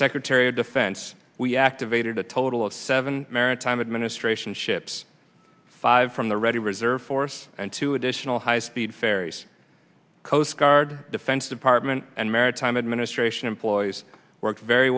secretary of defense we activated a total of seven maritime administration ships five from the ready reserve force and two additional high speed ferries coast guard defense department and maritime administration employees work very